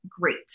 great